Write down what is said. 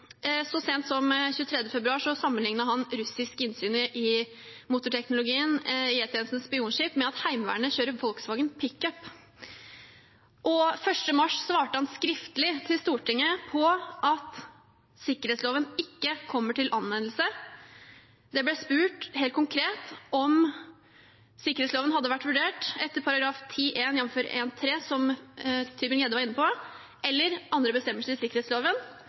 Så sent som 23. februar sammenliknet han russisk innsyn i motorteknologien i E-tjenestens spionskip med at Heimevernet kjører Volkswagen pickup. Og 1. mars svarte han skriftlig til Stortinget at sikkerhetsloven ikke kommer til anvendelse. Det ble spurt helt konkret om sikkerhetsloven hadde vært vurdert etter § 10-1, jf. § 1-3, som Tybring-Gjedde var inne på, eller andre bestemmelser i sikkerhetsloven.